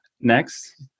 next